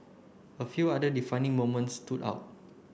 a few other defining moments stood out